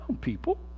people